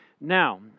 now